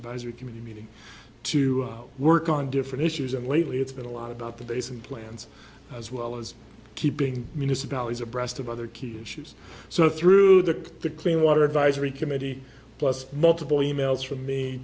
advisory committee meeting to work on different issues and lately it's been a lot about the basin plans as well as keeping municipalities abreast of other key issues so through that the clean water advisory committee plus multiple emails for me